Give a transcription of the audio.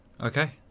Okay